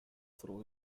through